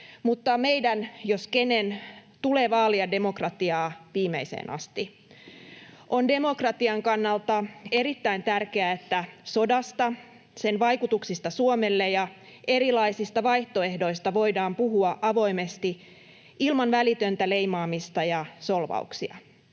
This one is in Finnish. mutta meidän, jos kenen, tulee vaalia demokratiaa viimeiseen asti. On demokratian kannalta erittäin tärkeää, että sodasta, sen vaikutuksista Suomelle ja erilaisista vaihtoehdoista voidaan puhua avoimesti ilman välitöntä leimaamista ja solvauksia.